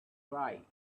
right